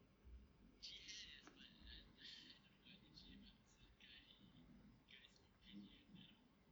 mm